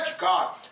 God